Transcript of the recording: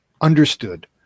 understood